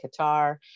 qatar